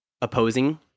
opposing